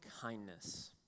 kindness